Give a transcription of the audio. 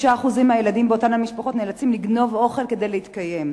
6% מהילדים באותן המשפחות נאלצים לגנוב אוכל כדי להתקיים.